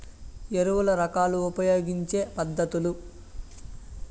ఎరువుల రకాలు ఉపయోగించే పద్ధతులు?